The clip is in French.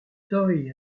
toy